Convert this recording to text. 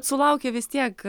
sulaukia vis tiek